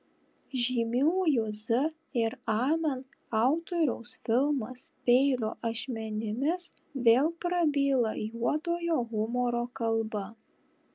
žymiųjų z ir amen autoriaus filmas peilio ašmenimis vėl prabyla juodojo humoro kalba